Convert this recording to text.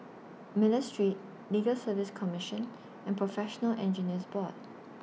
Miller Street Legal Service Commission and Professional Engineers Board